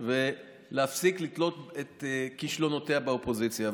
ולהפסיק לתלות את כישלונותיה באופוזיציה.